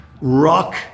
Rock